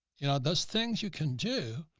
you know, those things you can do,